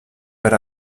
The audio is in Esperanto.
per